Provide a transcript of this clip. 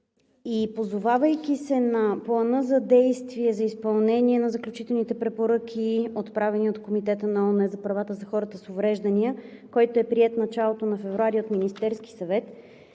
Позовавайки се на Плана за действие за изпълнение на заключителните препоръки, отправени от Комитета на ООН за правата на хората с увреждания, който е приет в началото на февруари от Министерския съвет,